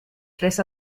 tres